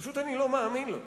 אני פשוט לא מאמין לו.